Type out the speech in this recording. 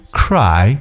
cry